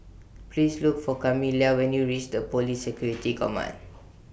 Please Look For Kamila when YOU REACH The Police Security Command